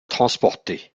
transportée